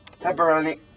pepperoni